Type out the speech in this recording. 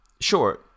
sure